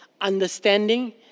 understanding